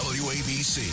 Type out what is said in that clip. wabc